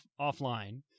offline